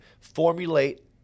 formulate